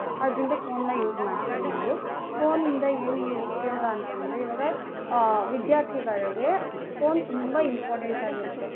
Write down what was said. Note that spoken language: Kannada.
ಅದರಿಂದ ಫೋನ್ನ ಯೂಸ್ ಮಾಡ್ತೀವಿ ನಾವು ಫೋನಿಂದ ಹೆಂಗೆ ಯು ಉಪಯೋಗ ಅಂತಂದರೆ ಇವಾಗ ವಿದ್ಯಾರ್ಥಿಗಳಿಗೆ ಫೋನ್ ತುಂಬ ಇಂಪಾರ್ಟೆಂಟಾಗಿರುತ್ತೆ